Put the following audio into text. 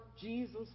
Jesus